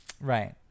right